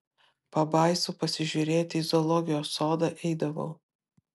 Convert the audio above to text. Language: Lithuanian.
pabaisų pasižiūrėti į zoologijos sodą eidavau